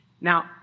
Now